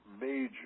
major